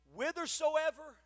whithersoever